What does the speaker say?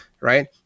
Right